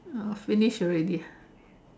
oh finished already